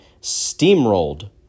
steamrolled